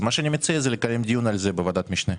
אני מציע לקיים על זה דיון בוועדת המשנה.